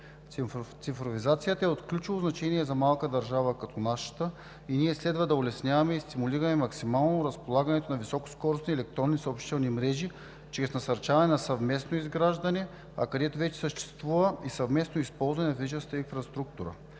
Цифровизацията е от ключово значение за малка държава като нашата и ние следва максимално да улесняваме и стимулираме разполагането на високоскоростни електронни съобщителни мрежи чрез насърчаване на съвместното изграждане, а където вече съществува – съвместно използване на физическата инфраструктура.